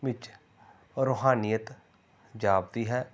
ਵਿੱਚ ਰੂਹਾਨੀਅਤ ਜਾਪਦੀ ਹੈ